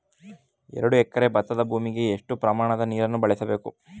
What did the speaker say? ಎರಡು ಎಕರೆ ಭತ್ತದ ಭೂಮಿಗೆ ಎಷ್ಟು ಪ್ರಮಾಣದ ನೀರನ್ನು ಬಳಸಬೇಕು?